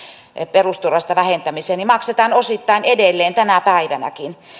perusturvasta vähentämisestä maksetaan osittain edelleen tänä päivänäkin